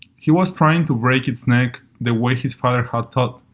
he was trying to break its neck the way his father had taught,